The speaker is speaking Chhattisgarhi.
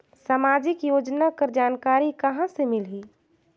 समाजिक योजना कर जानकारी कहाँ से मिलही?